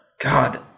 God